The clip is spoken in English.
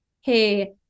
Hey